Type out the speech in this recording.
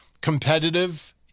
competitive